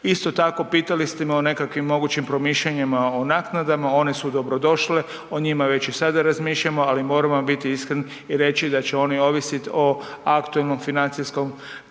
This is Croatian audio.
Isto tako pitali ste me o nekakvim mogućim promišljanjima o naknadama, one su dobrodošle, o njima već i sada razmišljamo, ali moram vam biti iskren i reći da će oni ovisiti o aktualnom financijskom trenutku